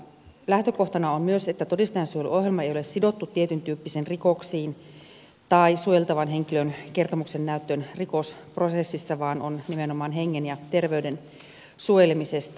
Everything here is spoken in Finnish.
lähtökohtana on myös että todistajansuojeluohjelma ei ole sidottu tietyntyyppisiin rikoksiin tai suojeltavan henkilön kertomuksen näyttöön rikosprosessissa vaan kyse on nimenomaan hengen ja terveyden suojelemisesta